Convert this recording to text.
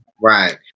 Right